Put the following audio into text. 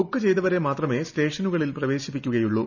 book ചെയ്തവരെ മാത്രമേ സ്റ്റേഷനുകളിൽ പ്രവേശിപ്പിക്കുകയുള്ളു